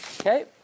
okay